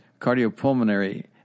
cardiopulmonary